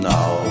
Now